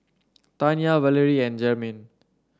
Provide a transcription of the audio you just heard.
Tanya Valery and Jermain